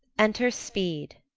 enter speed